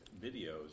videos